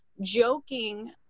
joking